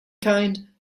kind